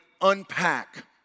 unpack